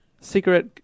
Cigarette